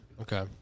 Okay